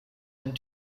and